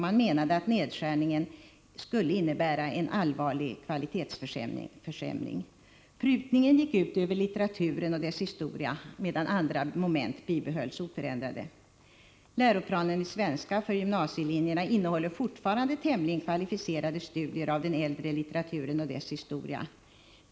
Man menade att nedskärningen skulle innebära en allvarlig kvalitetsförsämring. Prutningen gick ut över litteraturen och dess historia, medan andra moment bibehölls oförändrade. kvalificerade studier av den äldre litteraturen och dess historia.